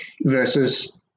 versus